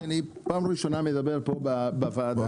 כי אני פעם ראשונה מדבר פה בוועדה,